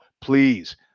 Please